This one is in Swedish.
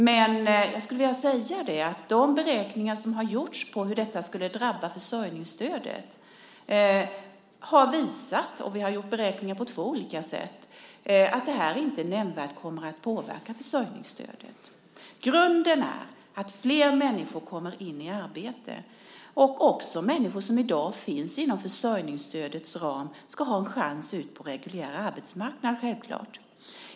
Men jag skulle ändå vilja säga att de beräkningar som har gjorts av hur detta skulle drabba försörjningsstödet har visat - vi har gjort beräkningar på två olika sätt - att det här inte nämnvärt kommer att påverka försörjningsstödet. Grunden är att flera människor kommer in i arbete. Också människor som i dag finns inom försörjningsstödets ram ska självklart ha en chans på den reguljära arbetsmarknaden.